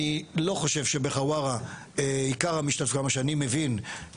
אני לא חושב שבחווארה עיקר המשתתפים כפי שאני מבין,